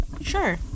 Sure